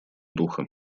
духа